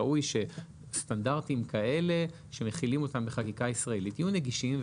ראוי שסטנדרטים כאלה שמחילים אותם בחקיקה ישראלית יהיו נגישים.